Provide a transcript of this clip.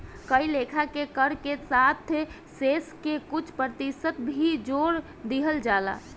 कए लेखा के कर के साथ शेष के कुछ प्रतिशत भी जोर दिहल जाला